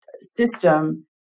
system